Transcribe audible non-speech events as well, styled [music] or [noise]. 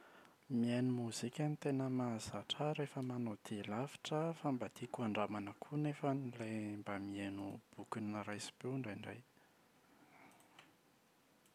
Mihaino mozika no tena mahazatra ahy rehefa manao dia lavitra aho fa mba tiako andramana koa nefany ilay [hesitation] mba mihaino boky noraisim-peo indraindray.